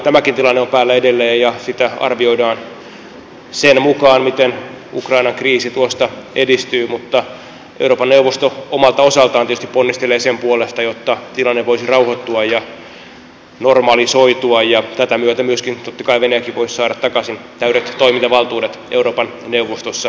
tämäkin tilanne on päällä edelleen ja sitä arvioidaan sen mukaan miten ukrainan kriisi tuosta edistyy mutta euroopan neuvosto omalta osaltaan tietysti ponnistelee sen puolesta jotta tilanne voisi rauhoittua ja normalisoitua ja tätä myöten myöskin totta kai venäjäkin voisi saada takaisin täydet toimintavaltuudet euroopan neuvostossa